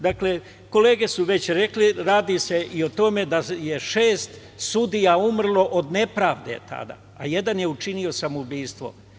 Dakle, kolege su već rekle, radi se i o tome da je šest sudija umrlo od nepravde tada, a jedan je učinio samoubistvo.